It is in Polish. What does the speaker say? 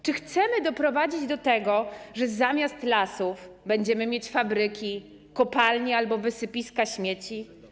Czy chcemy doprowadzić do tego, że zamiast lasów będziemy mieć fabryki, kopalnie albo wysypiska śmieci?